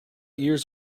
years